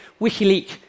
WikiLeaks